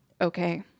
okay